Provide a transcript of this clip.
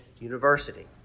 University